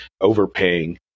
overpaying